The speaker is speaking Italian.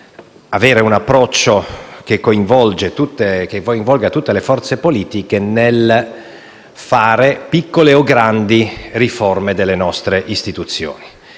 avere un approccio che coinvolge tutte le forze politiche nel fare piccole o grandi riforme delle nostre istituzioni.